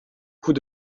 coûts